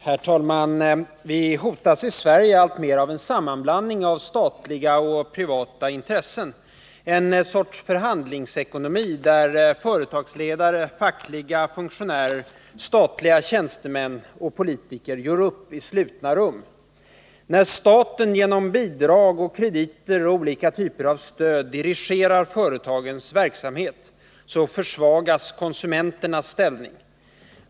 Herr talman! Vi hotas i Sverige alltmer av en sammanblandning av statliga och privata intressen, en förhandlingsekonomi där företagsledare, fackliga funktionärer, statliga tjänstemän och politiker gör upp i slutna rum. När staten genom bidrag, krediter och olika typer av stöd dirigerar företagens verksamhet försvagas konsumenternas ställning.